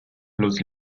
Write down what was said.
los